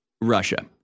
Russia